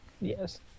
yes